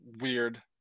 weird